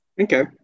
Okay